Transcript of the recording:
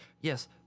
yes